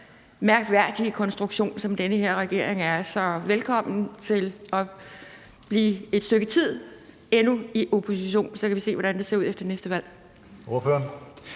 mærkværdige konstruktion, som den her regering er. Så velkommen til at blive endnu et stykke tid i opposition; så må vi se, hvordan det ser ud efter næste valg.